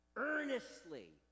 Earnestly